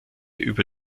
über